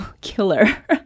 killer